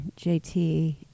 JT